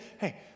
hey